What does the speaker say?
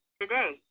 today